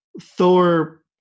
Thor